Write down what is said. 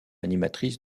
animatrice